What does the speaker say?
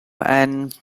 and